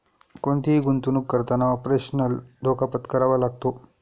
कोणतीही गुंतवणुक करताना ऑपरेशनल धोका पत्करावा लागतो